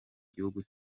gihugu